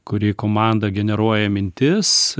kuri komanda generuoja mintis